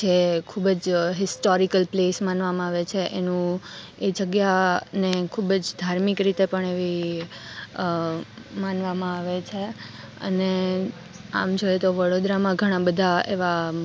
જે ખૂબ જ હિસ્ટોરિકલ પ્લેસ માનવામાં આવે છે એનું એ જગ્યાને ખૂબ જ ધાર્મિક રીતે પણ એવી માનવામાં આવે છે અને આમ જોઈએ તો વડોદરામાં ઘણાં બધાં એવાં